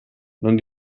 non